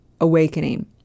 awakening